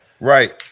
Right